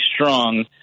strong